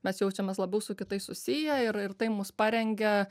mes jaučiamės labiau su kitais susiję ir ir tai mus parengia